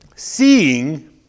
Seeing